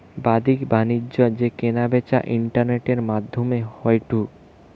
বাদ্দিক বাণিজ্য যেই কেনা বেচা ইন্টারনেটের মাদ্ধমে হয়ঢু